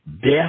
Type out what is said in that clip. death